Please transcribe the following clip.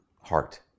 heart